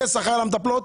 יהיה שכר למטפלות.